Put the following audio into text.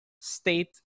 state